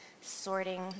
sorting